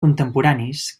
contemporanis